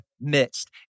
midst